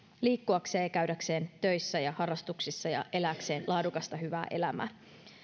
liikkuakseen ja käydäkseen töissä ja harrastuksissa ja elääkseen laadukasta hyvää elämää